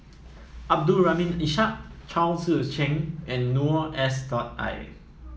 Abdul Rahim Ishak Chao Tzee Cheng and Noor S dot I